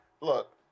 look